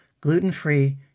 gluten-free